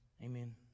Amen